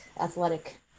athletic